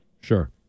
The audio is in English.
Sure